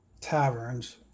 taverns